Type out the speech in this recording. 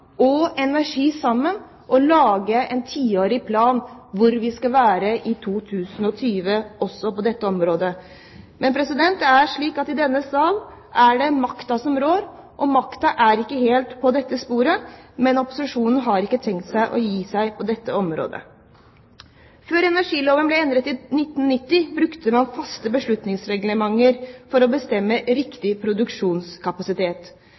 og energi sammen og lage en tiårig plan også på dette området om hvor vi skal være i 2020. Men det er slik at i denne sal er det makta som rår, og makta er ikke helt på dette sporet, men opposisjonen har ikke tenkt å gi seg på dette området. Før energiloven ble endret i 1990, brukte man faste beslutningsreglementer for å bestemme